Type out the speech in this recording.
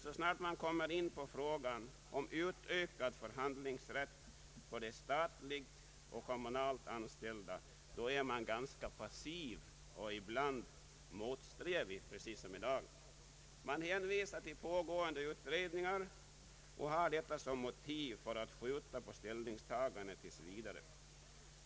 Så snart man kommer in på frågan om utökad förhandlingsrätt för de statligt och kommunalt anställda är emellertid socialdemokraterna ganska passiva och ibland motsträviga, precis som i dag. De hänvisar till pågående utredningar och använder dem som motiv för att skjuta på ett ställningstagande tills vidare.